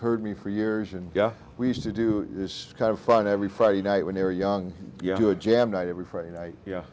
heard me for years and we used to do this kind of fun every friday night when they're young to a jam night every friday night